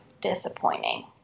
disappointing